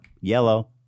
Yellow